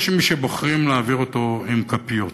יש מי שבוחרים להעביר אותם עם כפיות: